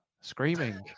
Screaming